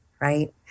right